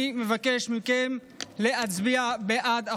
אני מבקש מכם להצביע בעד החוק.